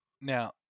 now